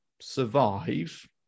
survive